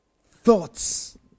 thoughts